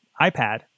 iPad